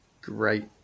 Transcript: great